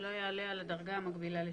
שלא יעלה על הדרגה המקבילה ל-7.